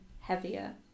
heavier